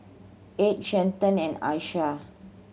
Edd Stanton and Asha